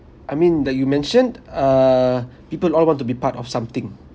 I mean that you mentioned uh people all want to be part of something